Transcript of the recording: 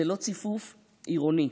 זה לא ציפוף עירוני.